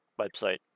website